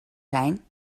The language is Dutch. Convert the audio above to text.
zijn